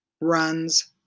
runs